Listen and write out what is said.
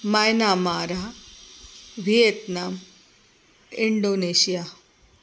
Myanmar Vietnam Indonesia